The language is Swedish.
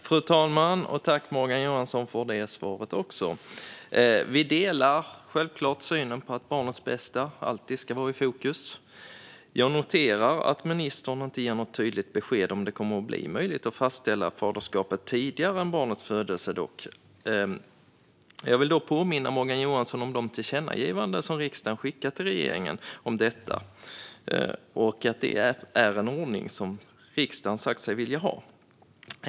Fru talman! Jag tackar Morgan Johansson även för detta svar. Vi delar självklart synen på att barnets bästa alltid ska vara i fokus. Jag noterar att ministern dock inte ger något tydligt besked om det kommer att bli möjligt att fastställa faderskapet före barnets födelse. Jag vill då påminna Morgan Johansson om de tillkännagivanden som riksdagen har skickat till regeringen om detta och att det är en ordning som riksdagen har sagt sig vilja ha.